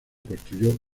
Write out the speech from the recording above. construyó